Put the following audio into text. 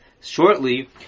Shortly